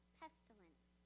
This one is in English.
pestilence